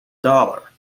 dollar